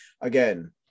again